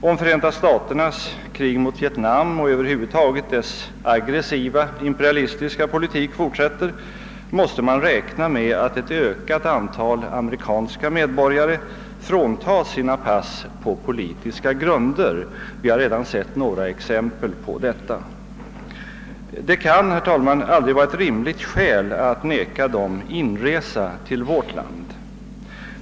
Om Förenta staternas krig mot Vietnam och över huvud taget dess aggresiva imperialistiska politik fortsätter, måste man räkna med att ett ökat antal amerikanska medborgare fråntas sina pass på politiska grunder. Vi har redan sett några exempel på detta. Det kan aldrig vara ett rimligt skäl att neka dem inresa till vårt land.